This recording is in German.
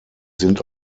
sind